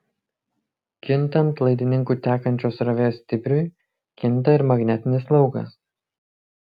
kintant laidininku tekančios srovės stipriui kinta ir magnetinis laukas